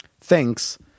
Thanks